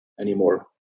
anymore